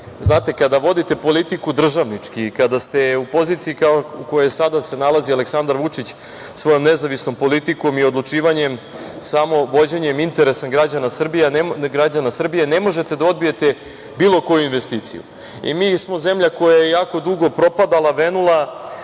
znate, kada vodite politiku državnički i kada ste u poziciji u kojoj se sada nalazi Aleksandar Vučić, svojom nezavisnom politikom i odlučivanjem, samo vođenjem interesa građana Srbije ne možete da odbijete bilo koju investiciju. Mi smo zemlja koja je jako dugo propadala, venula,